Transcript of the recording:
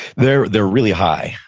they're they're really high.